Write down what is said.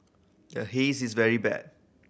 the Haze is very bad